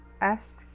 ask